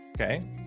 okay